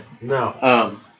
No